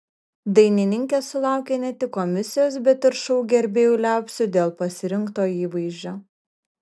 dainininkė sulaukė ne tik komisijos bet ir šou gerbėjų liaupsių dėl pasirinkto įvaizdžio